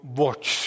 watch